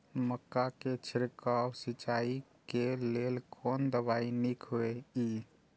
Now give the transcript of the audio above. मक्का के छिड़काव सिंचाई के लेल कोन दवाई नीक होय इय?